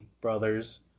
brothers